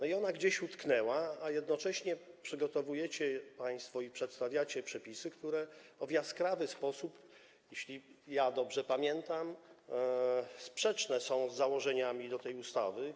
Ona gdzieś utknęła, a jednocześnie przygotowujecie państwo i przedstawiacie przepisy, które w jaskrawy sposób, jeśli dobrze pamiętam, sprzeczne są z założeniami tej ustawy.